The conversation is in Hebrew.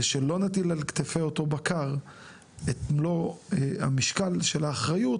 זה שלא נטיל על כתפי אותו בקר את מלוא משקל האחריות